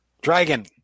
dragon